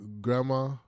grandma